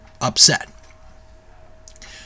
upset